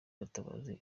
gatabazi